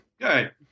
Good